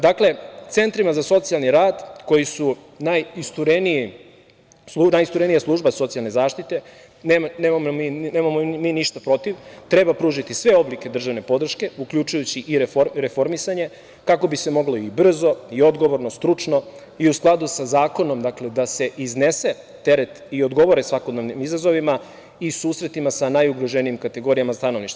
Dakle, centrima za socijalni rad koji su najisturenija služba socijalne zaštite, nemamo mi ništa protiv, treba pružiti sve oblike državne podrške uključujući i reformisanje, kako bi se moglo i brzo i odgovorno, stručno i u skladu sa zakonom, dakle, da se iznese teret i odgovore svakodnevnim izazovima i susretima sa najugroženijim kategorijama stanovništva.